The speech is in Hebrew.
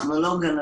אנחנו לא גנבים,